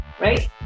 right